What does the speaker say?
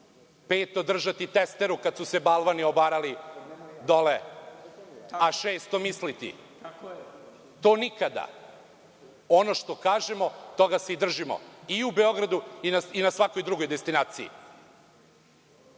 petu držati testeru kada su se balvani obarali dole, a šesto misliti. To nikada. Ono što kažemo, toga se i držimo, i u Beogradu i na svakoj drugoj destinaciji. Opet